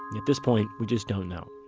at this point, we just don't know